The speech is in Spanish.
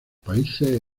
países